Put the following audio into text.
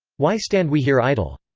why stand we here idle?